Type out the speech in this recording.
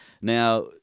Now